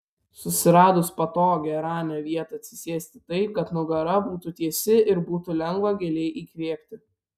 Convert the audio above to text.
susiradus patogią ramią vietą atsisėsti taip kad nugara būtų tiesi ir būtų lengva giliai įkvėpti